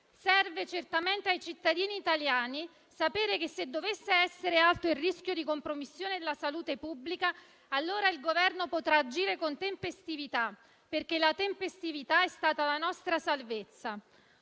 Serve certamente ai cittadini italiani sapere che, se dovesse essere alto il rischio di compromissione della salute pubblica, allora il Governo potrà agire con tempestività, perché la tempestività è stata la nostra salvezza.